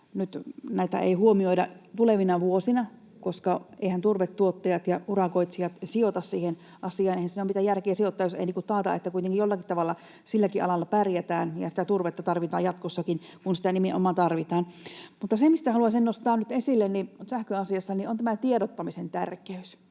nyt näitä ei huomioida tulevina vuosina, koska eiväthän turvetuottajat ja ‑urakoitsijat sijoita siihen asiaan. Eihän siinä ole mitään järkeä sijoittaa, jos ei taata, että kuitenkin jollakin tavalla silläkin alalla pärjätään ja sitä turvetta tarvitaan jatkossakin, kun sitä nimenomaan tarvitaan. Mutta se, mistä haluaisin nostaa nyt esille sähköasiassa, on tämä tiedottamisen tärkeys.